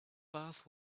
bath